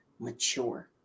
mature